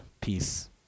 peace